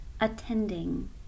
Attending